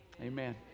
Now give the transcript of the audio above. Amen